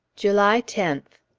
july tenth.